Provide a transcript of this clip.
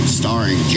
starring